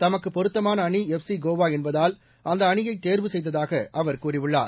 தமக்கு பொருத்தமான அணி எஃப்சி கோவா என்பதால் அந்த அணியை தேர்வு செய்ததாக அவர் கூறியுள்ளார்